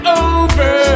over